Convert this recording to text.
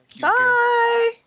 Bye